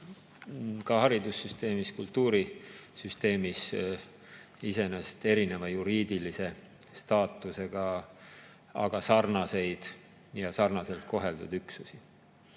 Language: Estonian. ka haridussüsteemis ja kultuurisüsteemis, iseenesest erineva juriidilise staatusega, aga sarnaseid ja sarnaselt koheldud üksusi.